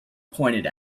pointed